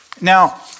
Now